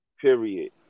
period